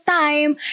time